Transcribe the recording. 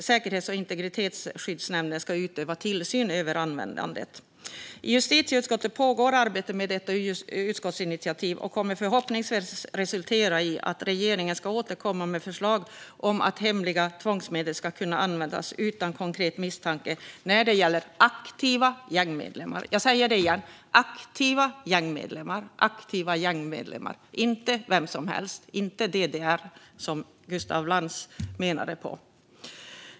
Säkerhets och integritetsskyddsnämnden ska utöva tillsyn över användandet. I justitieutskottet pågår arbete med detta utskottsinitiativ som förhoppningsvis kommer att resultera i att regeringen återkommer med förslag om att hemliga tvångsmedel ska kunna användas utan konkret misstanke när det gäller aktiva gängmedlemmar. Jag säger det igen: aktiva gängmedlemmar, inte vem som helst och inte DDR som Gustaf Lantz pratade om.